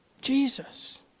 Jesus